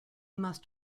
must